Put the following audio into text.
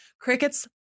Crickets